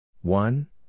One